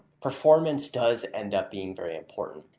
performance does end up being very important.